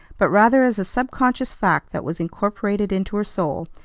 but rather as a subconscious fact that was incorporated into her soul,